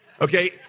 Okay